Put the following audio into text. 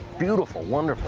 beautiful, wonderful